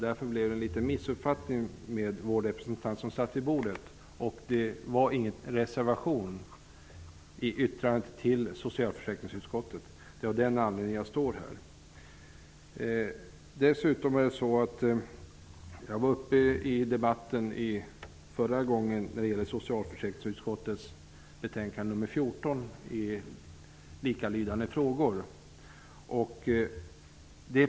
Därför blev det en liten missuppfattning av vår representant som var med vid bordet. Det avgavs alltså ingen reservation till yttrandet till socialförsäkringsutskottet. Det är av den anledningen som jag har begärt ordet. Jag deltog i behandlingen av socialförsäkringsutskottets betänkande nr 14 när det gällde liknande frågor.